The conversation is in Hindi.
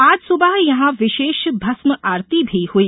आज सुबह यहां विशेष भस्म आरती भी हुई